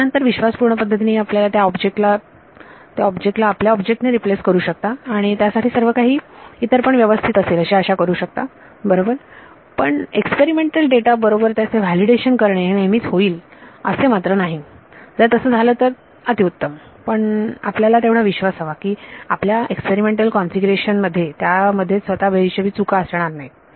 त्यानंतर विश्वासपूर्ण पद्धतीने त्या ऑब्जेक्ट ला आपल्या ऑब्जेक्ट ने रिप्लेस करू शकता आणि त्यासाठी सर्वकाही इतर पण व्यवस्थित असेल अशी आशा करू शकता बरोबर परंतु एक्सपेरिमेंटल डेटा बरोबर त्याचे व्हॅलिडेशन करणे नेहमीच होईल असे मात्र नाही जर तसे झाले तर अतिउत्तम परंतु आपल्याला तेवढा विश्वास हवा की आपल्या एक्सपेरिमेंटल कॉन्फिगरेशन मध्ये त्यामध्येच स्वतः बेहिशेबी चुका असणार नाहीत